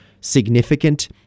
significant